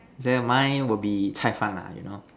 then mine will be cai fan lah you know